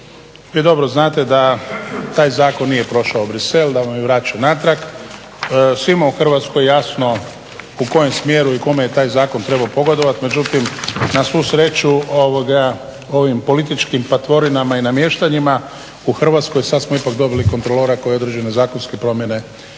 vi dobro znate da taj zakon nije prošao Bruxelles, da vam je vraćen natrag. Svima u Hrvatskoj je jasno u kojem smjeru i kome je taj zakon trebao pogodovati, međutim na svu sreću ovim političkim patvorinama i namještanjima u Hrvatskoj, sad smo ipak dobili kontrolora koji određene zakonske promjene